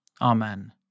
Amen